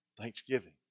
thanksgiving